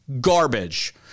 Garbage